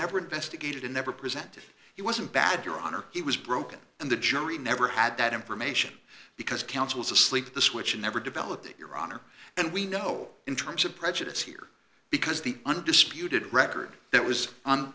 never investigated and never presented it wasn't bad your honor it was broken and the jury never had that information because counsel's asleep at the switch never developed your honor and we know in terms of prejudice here because the undisputed record that was on